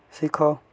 ଶିଖ